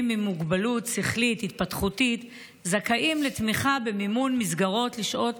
ממוגבלות שכלית-התפתחותית זכאים לתמיכה במימון מסגרות לשעות